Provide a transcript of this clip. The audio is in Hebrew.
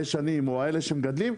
הישנים או האלה שמגדלים,